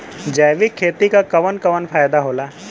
जैविक खेती क कवन कवन फायदा होला?